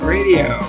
Radio